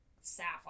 sapphire